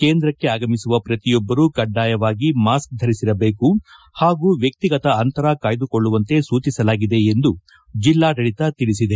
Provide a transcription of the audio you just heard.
ಕೇಂದ್ರಕ್ಕೆ ಆಗಮಿಸುವ ಪ್ರತಿಯೊಬ್ಬರೂ ಕಡ್ಡಾಯವಾಗಿ ಮಾಸ್ಕ ಧರಿಸಿರಬೇಕು ಹಾಗೂ ವ್ಯಕ್ತಿಗತ ಅಂತರ ಕಾಯ್ದುಕೊಳ್ಳುವಂತೆ ಸೂಚಿಸಲಾಗಿದೆ ಎಂದು ಜಿಲ್ಲಾಡಳಿತ ತಿಳಿಸಿದೆ